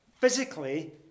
physically